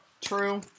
True